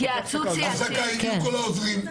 הגיעו כל העוזרים.